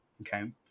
Okay